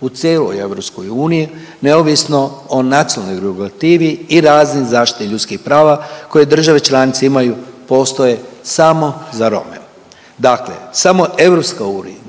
u cijeloj EU neovisno o nacionalnoj regulativi i razini zaštite ljudskih prava koje države članice imaju postoje samo za Rome. Dakle, samo EU